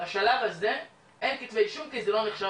על השלב הזה אין כתבי אישום כי זה לא נחשב